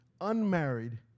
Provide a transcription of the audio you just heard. unmarried